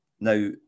Now